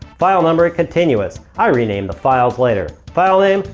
file numbering. continuous. i rename the files later. file name.